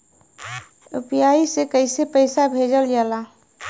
UPI से कइसे पैसा भेजल जाला?